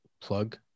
plug